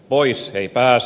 pois ei pääse